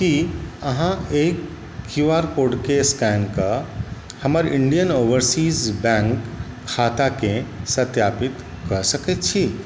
कि अहाँ एहि क्यू आर कोडके स्कैन कऽ हमर इण्डियन ओवरसीज बैँक खाताके सत्यापित कऽ सकै छी